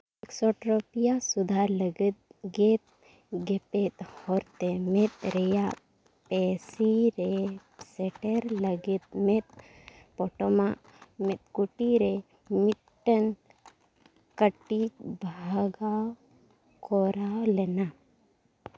exotropia ᱥᱩᱫᱷᱟᱹᱨ ᱞᱟᱹᱜᱤᱫ ᱜᱮᱫᱼᱜᱮᱯᱮᱫ ᱦᱚᱨᱛᱮ ᱢᱮᱸᱫ ᱨᱮᱭᱟᱜ ᱯᱮᱥᱤ ᱨᱮ ᱥᱮᱴᱮᱨ ᱞᱟᱹᱜᱤᱫ ᱢᱮᱸᱫ ᱯᱚᱴᱚᱢᱟᱜ ᱢᱮᱸᱫ ᱠᱩᱴᱤ ᱨᱮ ᱢᱤᱫᱴᱟᱹᱝ ᱠᱟᱹᱴᱤᱡᱽ ᱵᱷᱟᱜᱟᱣ ᱠᱚᱨᱟᱣ ᱞᱮᱱᱟ